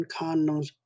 condoms